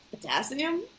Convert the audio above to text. Potassium